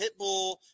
Pitbull